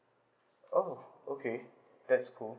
oh okay that's cool